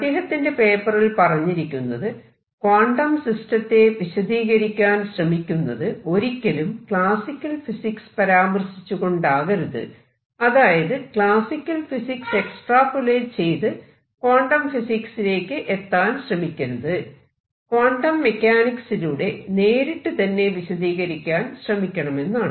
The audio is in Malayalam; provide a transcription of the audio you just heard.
അദ്ദേഹത്തിന്റെ പേപ്പറിൽ പറഞ്ഞിരിക്കുന്നത് ക്വാണ്ടം സിസ്റ്റത്തെ വിശദീകരിക്കാൻ ശ്രമിക്കുന്നത് ഒരിക്കലും ക്ലാസിക്കൽ ഫിസിക്സ് പരാമർശിച്ചു കൊണ്ടാകരുത് അതായത് ക്ലാസിക്കൽ ഫിസിക്സ് എക്സ്ട്രാപൊലേറ്റ് ചെയ്ത് ക്വാണ്ടം ഫിസിക്സിലേക്ക് എത്താൻ ശ്രമിക്കരുത് ക്വാണ്ടം മെക്കാനിക്സിലൂടെ നേരിട്ട് തന്നെ വിശദീകരിക്കാൻ ശ്രമിക്കണമെന്നാണ്